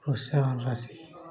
ପ୍ରୋତ୍ସାହନ ରାଶି